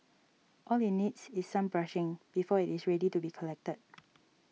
all it needs is some brushing before it is ready to be collected